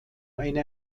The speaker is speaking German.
eine